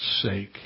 sake